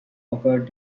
offered